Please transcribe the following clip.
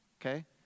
okay